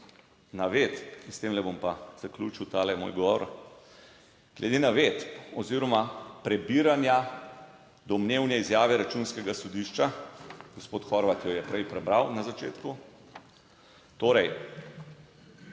navedb - in s tem bom pa zaključil ta moj govor - oziroma prebiranja domnevne izjave Računskega sodišča - gospod Horvat jo je prej prebral na začetku - torej